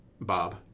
Bob